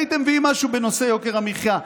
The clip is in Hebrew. הייתם מביאים משהו בנושא יוקר המחייה,